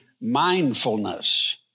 mindfulness